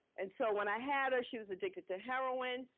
and so when i had her, she was addicted to heroin,